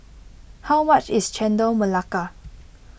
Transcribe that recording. how much is Chendol Melaka